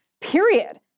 period